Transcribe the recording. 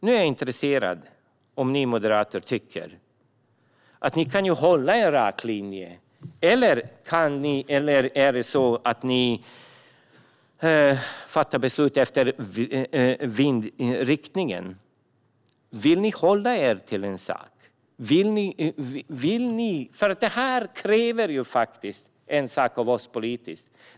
Nu är jag intresserad av om ni moderater tycker att ni kan hålla en rak linje eller om ni fattar beslut efter vindriktningen. Vill ni hålla er till en sak? Det här kräver något av oss politiskt.